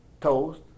toast